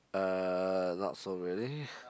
uh not so really